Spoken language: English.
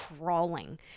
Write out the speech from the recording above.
crawling